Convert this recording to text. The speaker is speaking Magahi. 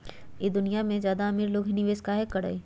ई दुनिया में ज्यादा अमीर लोग ही निवेस काहे करई?